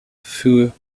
für